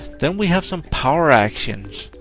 then we have some power actions.